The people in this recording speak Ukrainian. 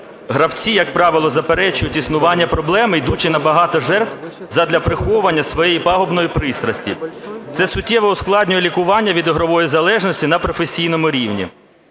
Гравці, як правило, заперечують існування проблеми, ідучи на багато жертв, задля приховування своєї пагубної пристрасті. Це суттєво ускладнює лікування від ігрової залежності на професійному рівні.